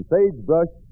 Sagebrush